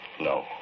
no